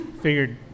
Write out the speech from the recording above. figured